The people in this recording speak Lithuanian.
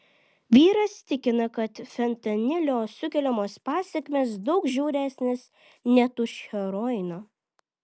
vyras tikina kad fentanilio sukeliamos pasekmės daug žiauresnės net už heroino